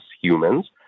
humans